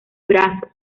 brazos